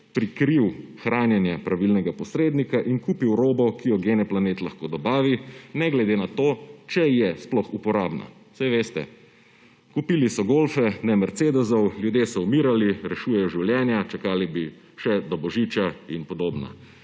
prikril hranjenje pravilnega posrednika in kupil robo, ki jo genEplanet lahko dobavi, ne glede na to, če je sploh uporabna. Saj veste, kupili so golfe, ne mercedesov, ljudje so umirali, rešuje življenja, čakali bi še do božiča in podobno.